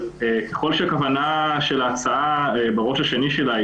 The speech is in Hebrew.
כשהכוונה של ההצעה בראש השני שלה היא